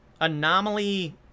anomaly